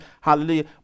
hallelujah